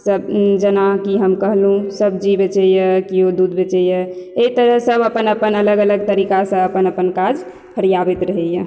सब जेना कि हम कहलहुॅं सब्जी बेचैया केओ दूध बेचैया एहि तरह सब अपन अपन अलग अलग तरीकासँ अपन अपन काज फरियाबैत रहैया